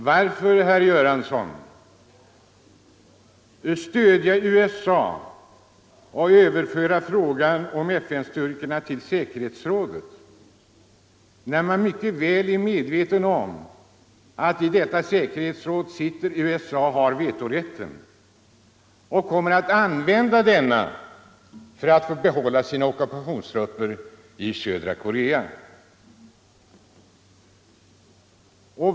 Varför, herr Göransson, stödja USA och överföra frågan om FN-styrkorna till säkerhetsrådet, när man är mycket väl medveten om att i detta säkerhetsråd har USA vetorätt och kommer att använda denna för att behålla sina ockupationstrupper i södra Korea?